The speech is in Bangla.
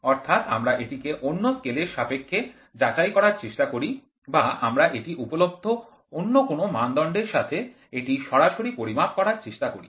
অর্থাৎ আমরা এটিকে অন্য স্কেলের সাপেক্ষে যাচাই করার চেষ্টা করি বা আমরা এটি উপলব্ধ অন্য কোনও মানদণ্ডের সাথে এটি সরাসরি পরিমাপ করার চেষ্টা করি